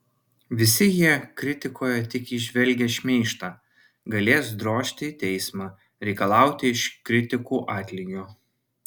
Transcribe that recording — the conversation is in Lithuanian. visi jie kritikoje tik įžvelgę šmeižtą galės drožti į teismą reikalauti iš kritikų atlygio